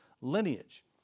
lineage